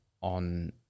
on